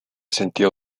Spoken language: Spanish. sentía